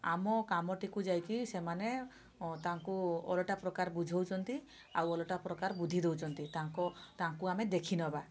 ଆମ କାମଟିକୁ ଯାଇକି ସେମାନେ ତାଙ୍କୁ ଓଲଟା ପ୍ରକାର ବୁଝାଉଛନ୍ତି ଆଉ ଓଲଟା ପ୍ରକାର ବୁଦ୍ଧି ଦେଉଛନ୍ତି ତାଙ୍କ ତାଙ୍କୁ ଆମେ ଦେଖିନେବା